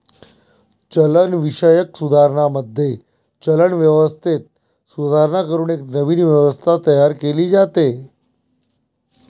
चलनविषयक सुधारणांमध्ये, चलन व्यवस्थेत सुधारणा करून एक नवीन व्यवस्था तयार केली जाते